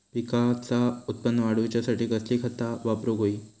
पिकाचा उत्पन वाढवूच्यासाठी कसली खता वापरूक होई?